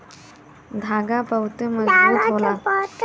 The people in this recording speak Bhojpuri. धागा बहुते मजबूत होला